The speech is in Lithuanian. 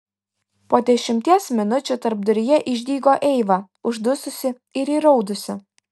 po dešimties minučių tarpduryje išdygo eiva uždususi ir įraudusi